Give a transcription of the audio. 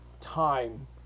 time